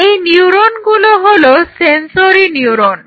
এই নিউরনগুলো হলো সেনসরি নিউরণ